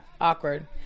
awkward